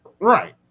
Right